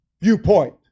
viewpoint